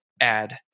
add